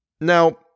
Now